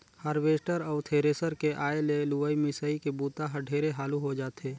harvester अउ thresher के आए ले लुवई, मिंसई के बूता हर ढेरे हालू हो जाथे